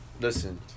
Listen